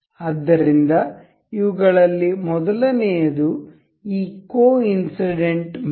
ಆದ್ದರಿಂದ ಇವುಗಳಲ್ಲಿ ಮೊದಲನೆಯದು ಈ ಕೊಇನ್ಸಿಡೆಂಟ್ ಮೇಟ್